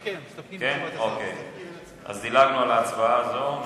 אז דילגנו על ההצבעה הזאת.